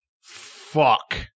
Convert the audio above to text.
fuck